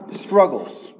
struggles